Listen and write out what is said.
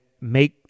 make